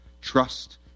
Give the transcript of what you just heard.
trust